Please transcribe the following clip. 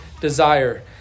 desire